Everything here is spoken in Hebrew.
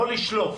לא לשלוף